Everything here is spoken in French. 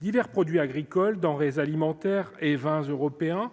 divers produits agricoles denrées alimentaires et 20 européens